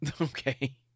Okay